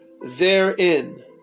therein